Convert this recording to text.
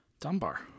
Dunbar